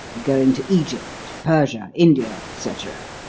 going to egypt, persia, india, et cetera,